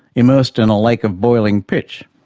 immersed in a lake of boiling pitch.